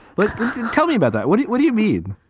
but tell me about that. what do what do you mean?